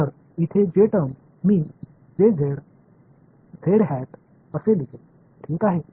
तर इथे जे टर्म मी असे लिहेल ठीक आहे